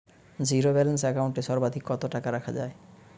Zero balance account এ সর্বাধিক কত টাকা রাখা য়ায়?